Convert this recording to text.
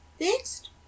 Next